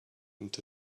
into